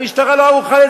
המשטרה לא ערוכה.